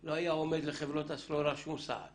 לא היה עומד לחברות הסלולר שום סעד